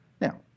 Now